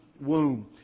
womb